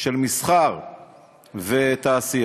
של מסחר ותעשייה,